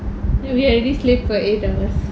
you get at least sleep for eight hours